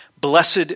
Blessed